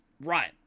Right